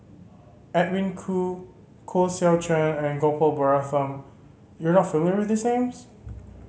Edwin Koo Koh Seow Chuan and Gopal Baratham you are not familiar with these names